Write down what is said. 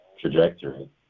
trajectory